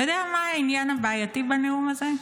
אתה יודע מה העניין הבעייתי בנאום הזה?